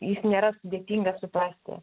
jis nėra sudėtinga suprasti